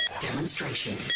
demonstration